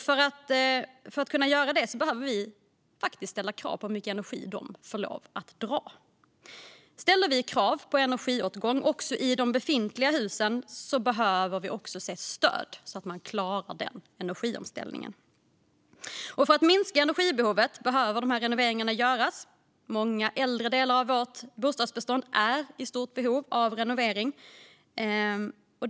För att kunna göra det behöver vi faktiskt ställa krav på hur mycket energi de får lov att dra. Och ställer vi krav på energiåtgång också i de befintliga husen behöver vi även ge stöd för att man ska klara den omställningen. För att minska energibehovet behöver renoveringar göras. Många äldre delar av vårt bostadsbestånd är i stort behov av renovering.